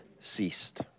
ceased